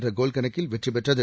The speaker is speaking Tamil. என்ற கோல் கணக்கில் வெற்றிபெற்றது